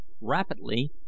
Rapidly